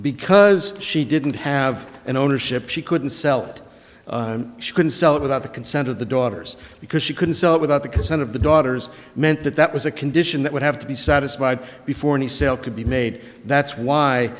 because she didn't have an ownership she couldn't sell it she couldn't sell it without the consent of the daughters because she couldn't sell it without the consent of the daughters meant that that was a condition that would have to be satisfied before any sale could be made that's why